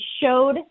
showed